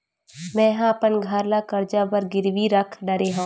मेहा अपन घर ला कर्जा बर गिरवी रख डरे हव